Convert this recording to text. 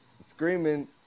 screaming